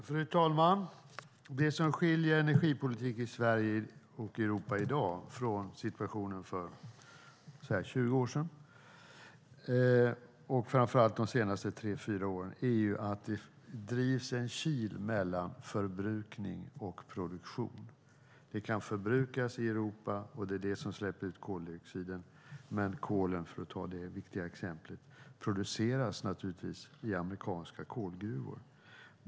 Fru talman! Det som skiljer energipolitik i Sverige och i Europa i dag - framför allt under de senaste tre fyra åren - från situationen för 20 år sedan är att det drivs in en kil mellan förbrukning och produktion. Det kan förbrukas i Europa, och det är det som släpper ut koldioxiden. Men kolen, för att ta det viktiga exemplet, produceras i amerikanska kolgruvor.